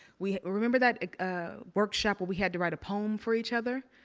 we, remember that ah workshop where we had to write a poem for each other?